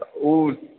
ओ